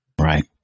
right